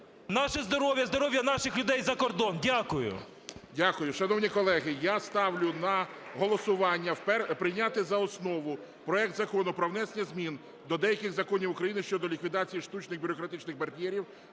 наше здоров'я, здоров'я наших людей за кордон. Дякую. ГОЛОВУЮЧИЙ. Дякую. Шановні колеги, я ставлю на голосування прийняти за основу проект Закону про внесення змін до деяких законів України щодо ліквідації штучних бюрократичних бар'єрів